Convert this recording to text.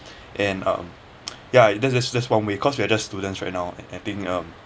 and um ya that's that's just one way cause we are just students right now I think um